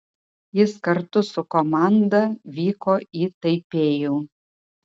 jis kartu su komanda vyko į taipėjų